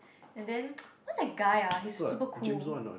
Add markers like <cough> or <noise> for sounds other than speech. and then <noise> who's that guy ah he's super cool